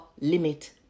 limit